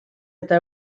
eta